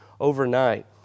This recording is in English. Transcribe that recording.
overnight